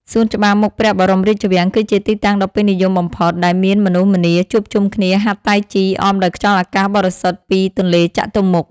សួនច្បារមុខព្រះបរមរាជវាំង គឺជាទីតាំងដ៏ពេញនិយមបំផុត ដែលមានមនុស្សម្នាជួបជុំគ្នាហាត់តៃជីអមដោយខ្យល់អាកាសបរិសុទ្ធពីទន្លេចតុមុខ។